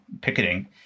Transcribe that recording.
picketing